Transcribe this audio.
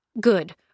Good